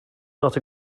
not